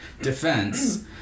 defense